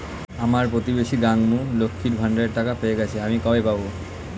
আমার প্রতিবেশী গাঙ্মু, লক্ষ্মীর ভান্ডারের টাকা পেয়ে গেছে, আমি কবে পাব?